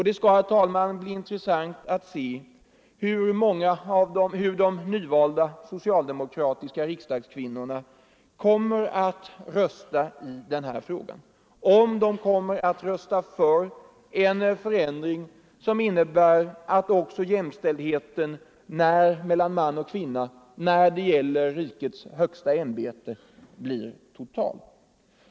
Det skall, herr talman, bli intressant att se hur de nyvalda socialdemokratiska riksdagskvinnorna kommer att rösta.